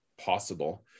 possible